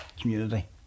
community